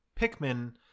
Pikmin